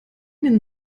denn